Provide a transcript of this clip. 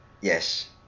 Yes